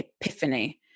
epiphany